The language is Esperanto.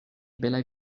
belaj